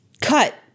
cut